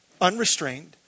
unrestrained